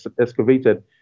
excavated